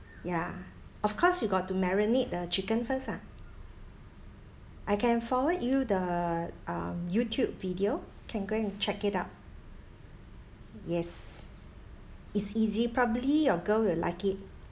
ya of course you got to marinate the chicken first ah I can forward you the um youtube video can go and check out yes it's easy probably your girl will like it